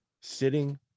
sitting